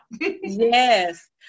Yes